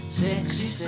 sexy